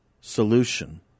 solution